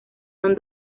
son